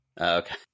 Okay